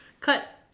cut